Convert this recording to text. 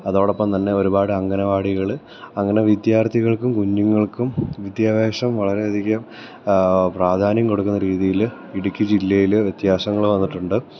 അതോടൊപ്പംതന്നെ ഒരുപാട് അംഗണവാടികൾ അങ്ങനെ വിദ്യാർത്ഥികൾക്കും കുഞ്ഞുങ്ങൾക്കും വിദ്യാഭ്യാസം വളരെയധികം പ്രാധാന്യം കൊടുക്കുന്ന രീതിയിൽ ഇടുക്കി ജില്ലയിൽ വ്യത്യാസങ്ങൾ വന്നിട്ടുണ്ട്